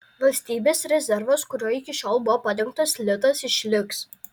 valstybės rezervas kuriuo iki šiol buvo padengtas litas išliks